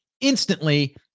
instantly